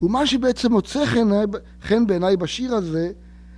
‫ומה שבעצם מוצא חן בעיניי ‫בשיר הזה...